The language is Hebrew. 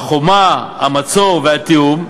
החומה, המצור והתיאום,